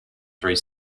three